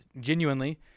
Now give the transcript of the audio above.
Genuinely